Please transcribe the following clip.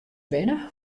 binne